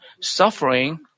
suffering